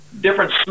different